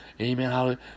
amen